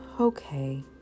Okay